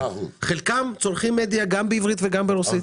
חלקם צורכים מדיה גם בעברית וגם ברוסית.